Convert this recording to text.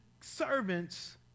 servants